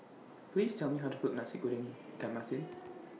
Please Tell Me How to Cook Nasi Goreng Ikan Masin